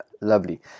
lovely